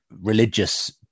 religious